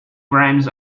rhymes